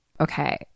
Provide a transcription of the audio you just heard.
Okay